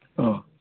ꯑꯥ